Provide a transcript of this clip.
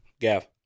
Gav